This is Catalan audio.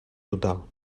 total